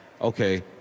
okay